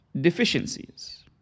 deficiencies